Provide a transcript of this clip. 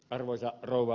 arvoisa rouva